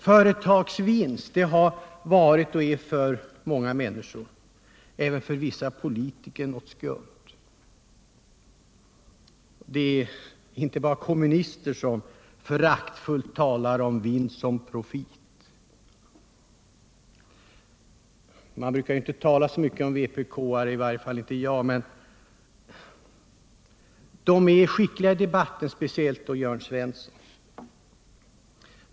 Företagsvinst har emellertid varit och är för många människor, även för vissa politiker, någonting skumt. Det är inte bara kommunister som föraktfullt talar om vinst som ”profit”. Man brukar inte tala så mycket om vpk-are — i varje fall inte jag — men jag vill säga att de är skickliga i debatter, speciellt Jörn Svensson.